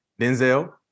Denzel